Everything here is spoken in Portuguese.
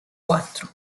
quatro